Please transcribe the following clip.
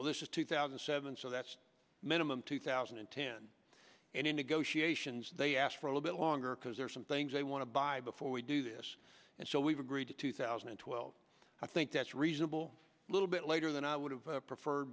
well this is two thousand and seven so that's minimum two thousand and ten and in negotiations they asked for a little bit longer because there are some things they want to buy before we do this and so we've agreed to two thousand and twelve i think that reasonable a little bit later than i would have preferred